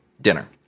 dinner